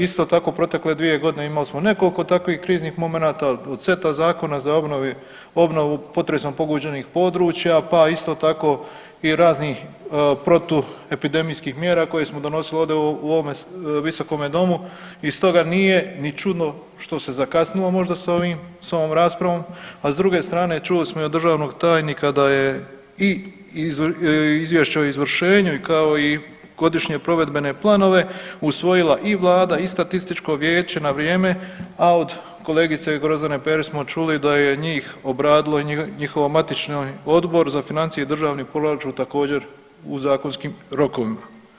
Isto tako, protekle dvije godine imali smo nekoliko takvih kriznih momenata od seta Zakona za obnovu potresom pogođenih područja, pa isto tako i raznih protuepidemijskih mjera koje smo donosili ovdje u ovome Visokome domu i stoga nije ni čudno što se zakasnilo možda sa ovom raspravom, a s druge strane čuli smo i od državnog tajnika da je i Izvješće o izvršenju kao i godišnje provedbene planove usvojila i Vlada i Statističko vijeće na vrijeme a od kolegice Grozdane Perić smo čuli da je njih obradilo njihov matični Odbor za financije i državni proračun također u zakonskim rokovima.